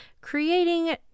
creating